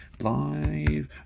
live